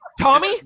Tommy